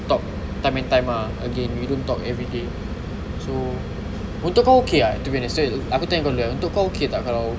talk time and time ah again we don't talk everyday so untuk kau okay tak to be aku tanya kau dulu untuk kau okay tak kalau